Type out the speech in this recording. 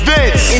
Vince